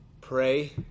pray